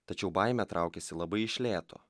tačiau baimė traukiasi labai iš lėto